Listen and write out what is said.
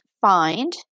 find